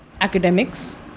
academics